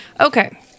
Okay